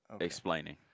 explaining